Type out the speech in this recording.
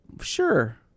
sure